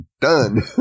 done